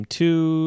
two